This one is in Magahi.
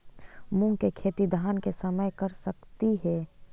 मुंग के खेती धान के समय कर सकती हे?